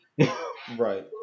Right